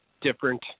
different